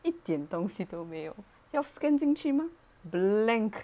一点东西都没有要 scan 进去吗 blank